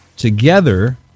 together